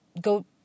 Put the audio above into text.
go